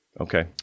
Okay